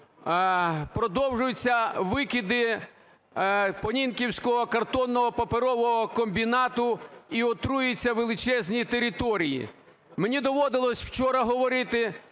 продовжуються викиди Понінківського картонно-паперового комбінату, і отруюються величезні території. Мені доводилось вчора говорити,